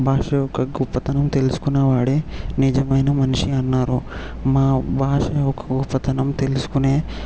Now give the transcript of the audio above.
భాష యొక్క గొప్పతనం తెలుసుకున్న వాడే నిజమైన మనిషి అన్నారు మా భాష యొక్క గొప్పదనం తెలుసుకునే